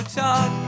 talk